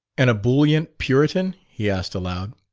an ebullient puritan? he asked aloud.